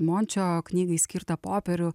mončio knygai skirtą popierių